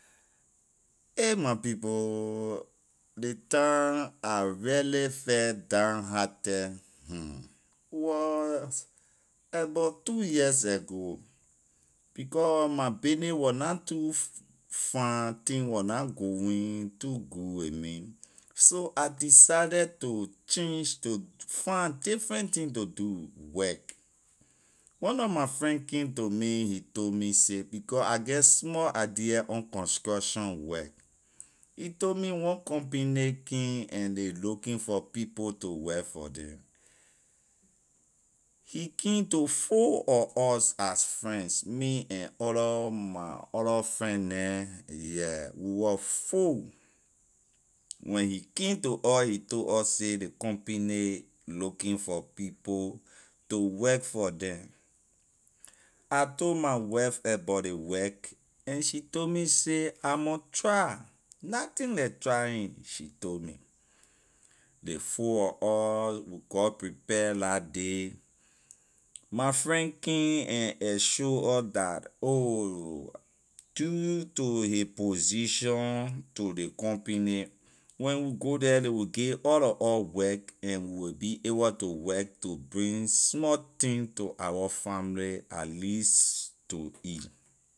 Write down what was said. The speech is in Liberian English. Ay my people ley time I really felt down hearted was abor two years ago becor my bayney wor na too f- fine thing wor na going too good with me so I decided to change to find different thing to do work, one nor my friend came to me he told me say becor I get small idea on construction work he told me one company came and ley looking for people to work for them he came to four wor or as friends, me and other my other friend neh yeah we wor four when he came to us he told us say ley company looking for people to work for them. I told my wife abor ley work and she told me say I mon try, nothing like trying she told me ley four wor or got prepare la day my friend came ane assure or that ohh due to his position to ley company when we go the ley wey give all lor or work and we will be able to work to bring small thing to our family at least to eat.